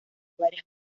varias